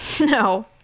No